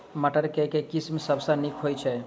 मटर केँ के किसिम सबसँ नीक होइ छै?